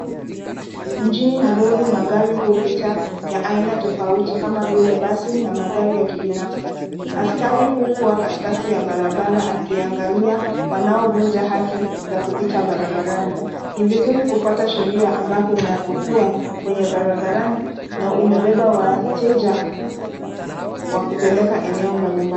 Mjini Nairobi magari hupita ya aina tofauti kama vile basi na magari ya kibinafsi. Askari hukua katikati ya barabara akiangalia wanaovunja haki za kupita barabarani. Ni vizuri kufuata sheria ambapo unapokua kwenye barabarani na umebeba wateja wa kupeleka eneo mbalimbali.